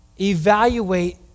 evaluate